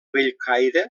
bellcaire